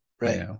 Right